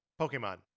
Pokemon